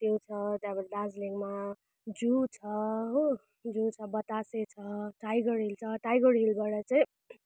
त्यो छ त्यहाँबाट दार्जिलिङमा जू छ हो जू छ बतासे छ टाइगर हिल छ टाइगर हिलबाट चाहिँ